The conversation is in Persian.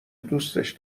دوستش